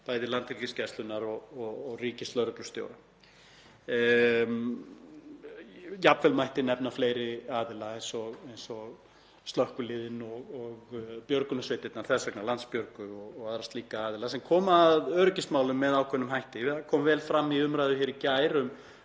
bæði Landhelgisgæslunnar og ríkislögreglustjóra. Jafnvel mætti nefna fleiri aðila eins og slökkviliðin og björgunarsveitirnar, þess vegna Landsbjörg og aðra slíka aðila sem koma að öryggismálum með ákveðnum hætti. Það kom vel fram í umræðu í gær um